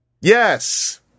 Yes